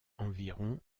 environ